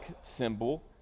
symbol